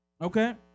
Okay